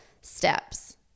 steps